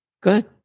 good